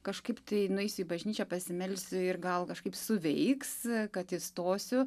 kažkaip tai nueisiu į bažnyčią pasimelsiu ir gal kažkaip suveiks kad įstosiu